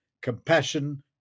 compassion